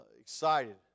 excited